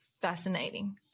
fascinating